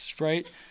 right